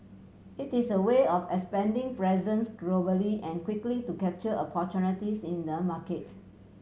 it is a way of expanding presence globally and quickly to capture opportunities in the market